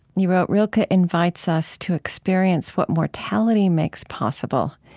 you wrote, rilke ah invites us to experience what mortality makes possible.